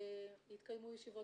התקיימו ישיבות